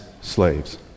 slaves